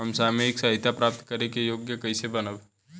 हम सामाजिक सहायता प्राप्त करे के योग्य कइसे बनब?